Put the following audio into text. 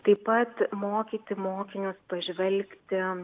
taip pat mokyti mokinius pažvelgti